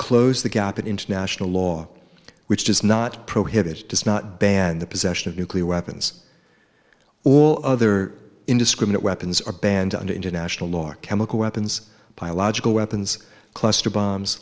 close the gap in international law which does not prohibit does not ban the possession of nuclear weapons all other indiscriminate weapons are banned under international law chemical weapons biological weapons cluster bombs